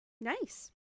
Nice